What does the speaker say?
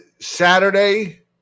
Saturday